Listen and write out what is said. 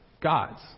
gods